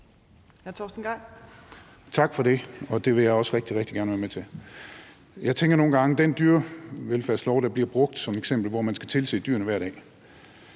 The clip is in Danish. Tak for det. Det vil jeg også rigtig, rigtig gerne være med til. Jeg tænker nogle gange på, hvor godt den dyrevelfærdslov, der bliver brugt som eksempel, og ifølge hvilken man skal tilse dyrene hver dag,